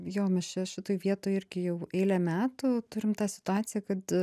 jo mes čia šitoj vietoj irgi jau eilę metų turim tą situaciją kad